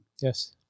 Yes